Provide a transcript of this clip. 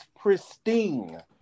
pristine